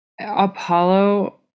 Apollo